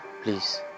please